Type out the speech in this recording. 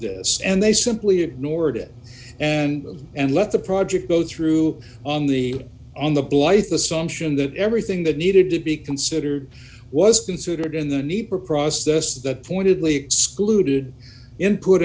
this and they simply ignored it and and let the project go through on the on the blith assumption that everything that needed to be considered was considered in the need for a process that pointedly scooted input